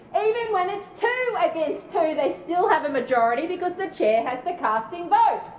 even when it's two against two they still have a majority because the chair has the casting vote.